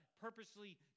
purposely